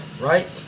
right